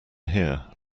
here